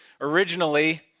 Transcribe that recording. originally